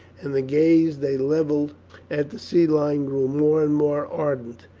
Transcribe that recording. and the gaze they levelled at the sea-line grew more and more ardent,